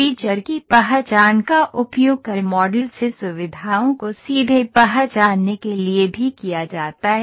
feature की पहचान का उपयोग कैड़ मॉडल से सुविधाओं को सीधे पहचानने के लिए भी किया जाता है